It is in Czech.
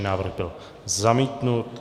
Návrh byl zamítnut.